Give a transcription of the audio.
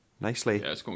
nicely